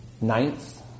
ninth